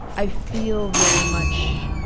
i feel very much